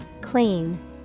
Clean